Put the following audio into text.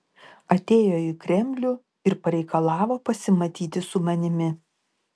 atėjo į kremlių ir pareikalavo pasimatyti su manimi